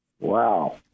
Wow